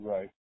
Right